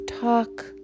talk